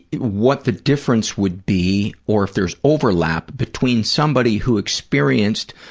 what the difference would be or if there's overlap between somebody who experienced